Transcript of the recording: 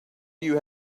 you